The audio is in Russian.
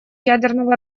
ядерного